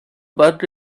bug